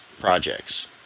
projects